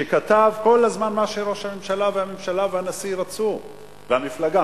שכתב כל הזמן מה שראש הממשלה והממשלה והנשיא רצו והמפלגה,